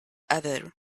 other